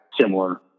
similar